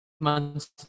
months